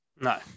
no